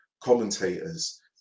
commentators